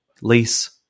lease